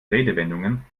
redewendungen